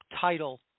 title